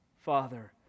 Father